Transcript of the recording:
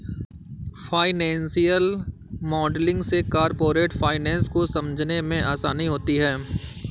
financial modelling से corporate finance को समझने में आसानी होती है